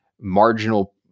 marginal